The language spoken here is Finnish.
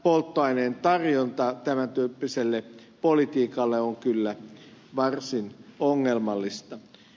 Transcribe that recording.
polttoaineen tarjonta tämän tyyppiselle politiikalle on kyllä varsin ongelmallista